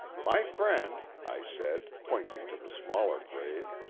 my friend, i said, pointing to the smaller grave,